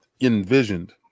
envisioned